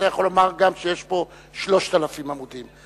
אתה יכול לומר גם שיש פה 3,000 עמודים.